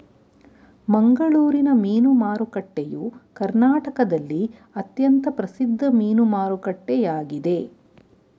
ಮಂಗಳೂರಿನ ಮೀನು ಮಾರುಕಟ್ಟೆಯು ಕರ್ನಾಟಕದಲ್ಲಿ ಅತ್ಯಂತ ಪ್ರಸಿದ್ಧ ಮೀನು ಮಾರುಕಟ್ಟೆಯಾಗಿದೆ